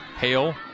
Hale